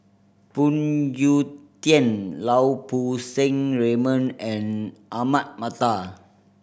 Phoon Yew Tien Lau Poo Seng Raymond and Ahmad Mattar